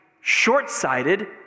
short-sighted